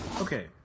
Okay